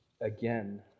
again